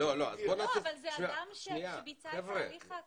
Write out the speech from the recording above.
זו לא בעיה, אדוני.